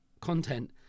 content